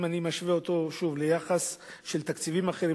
אם אני משווה אותו שוב לתקציבים אחרים,